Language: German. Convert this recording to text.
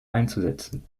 einzusetzen